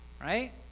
right